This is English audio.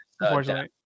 unfortunately